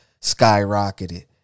skyrocketed